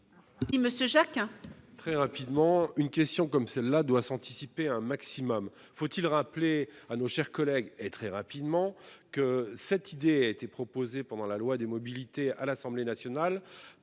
me Monsieur Jacquin. Très rapidement, une question comme celle-là doit s'anticiper un maximum, faut-il rappeler à nos chers collègues et très rapidement que cette idée a été proposée pendant la loi des mobilités, à l'Assemblée nationale